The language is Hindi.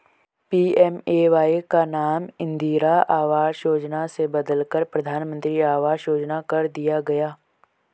पी.एम.ए.वाई का नाम इंदिरा आवास योजना से बदलकर प्रधानमंत्री आवास योजना कर दिया गया